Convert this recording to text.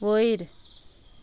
वयर